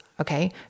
Okay